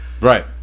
Right